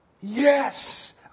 Yes